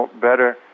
better